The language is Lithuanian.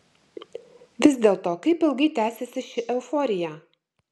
vis dėlto kaip ilgai tęsiasi ši euforija